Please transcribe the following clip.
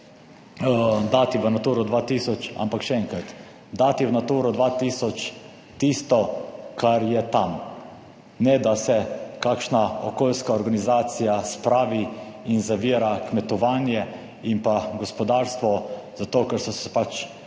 dati v Naturo 2000. Ampak še enkrat, dati v Naturo 2000 tisto, kar je tam, ne da se kakšna okoljska organizacija spravi in zavira kmetovanje in pa gospodarstvo, zato ker so se pač